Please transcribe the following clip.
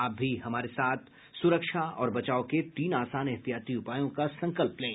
आप भी हमारे साथ सुरक्षा और बचाव के तीन आसान एहतियाती उपायों का संकल्प लें